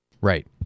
Right